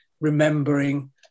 remembering